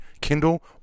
Kindle